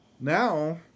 now